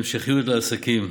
המשכיות לעסקים.